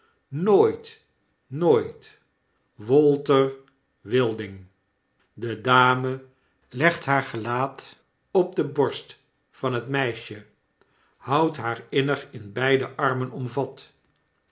nooit nooit walter wilding de dame legt baar gelaat op de borst van het meisje houd haar innig in beide armen omvat